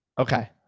okay